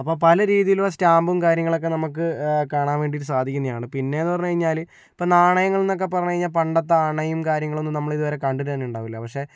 അപ്പോൾ പലരീതിയിലും ആ സ്റ്റാമ്പും കാര്യങ്ങളൊക്കെ നമ്മൾക്ക് കാണാന് വേണ്ടിയിട്ട് സാധിക്കുന്നതാണ് പിന്നെയെന്ന് പറഞ്ഞു കഴിഞ്ഞാല് ഇപ്പോൾ നാണയങ്ങള് എന്നൊക്കെ പറഞ്ഞു കഴിഞ്ഞാൽ പണ്ടത്തെ അണയും കാര്യങ്ങളൊന്നും നമ്മളിതുവരെ കണ്ടിട്ടുതന്നെ ഉണ്ടാവില്ല പക്ഷെ